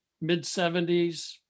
mid-70s